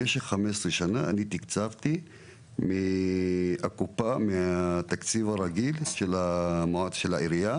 במשך 15 שנה אני תקצבתי מאבטחים מתקציב העירייה הרגיל.